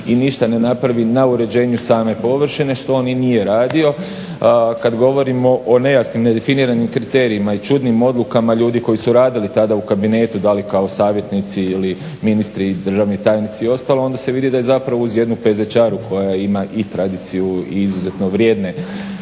i ništa ne napravi na uređenju same površine što on i nije radio. Kad govorimo o nejasnim, nedefiniranim kriterijima i čudnim odlukama ljudi koji su radili tada u kabinetu da li kao savjetnici ili ministri, državni tajnici i ostalo, onda se vidi da je zapravo uz jednu pezečaru koja ima i tradiciji i izuzetno vrijedne